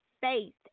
faith